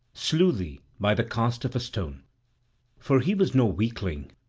slew thee by the cast of a stone for he was no weakling,